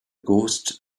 ghost